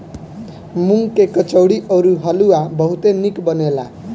मूंग के कचौड़ी अउरी हलुआ बहुते निक बनेला